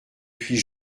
puis